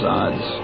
odds